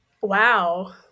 Wow